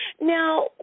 Now